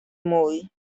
mój